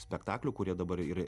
spektaklių kurie dabar ir